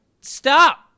stop